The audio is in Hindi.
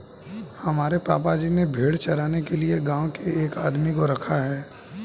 हमारे पापा जी ने भेड़ चराने के लिए गांव के एक आदमी को रखा है